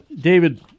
David